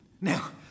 Now